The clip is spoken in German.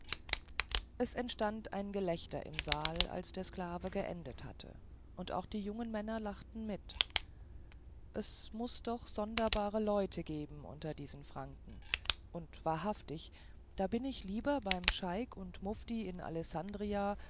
es entstand ein gelächter im saal als der sklave geendet hatte und auch die jungen männer lachten mit es muß doch sonderbare leute geben unter diesen franken und wahrhaftig da bin ich lieber beim scheik und mufti in alessandria